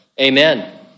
amen